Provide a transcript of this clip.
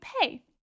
pay